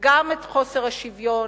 גם את חוסר השוויון,